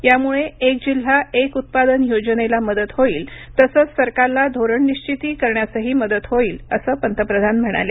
यामुळे एक जिल्हा एक उत्पादन योजनेला मदत होईल तसच सरकारला धोरण निश्वित करण्यासही मदत होईल असं पंतप्रधान म्हणाले